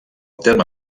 terme